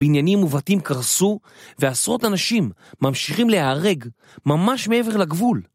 בניינים ובתים קרסו ועשרות אנשים ממשיכים להיהרג ממש מעבר לגבול.